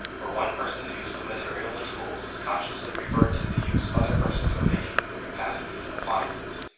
where one person's use of material and tools is consciously referred to the use other persons are making of their capacities and appliances,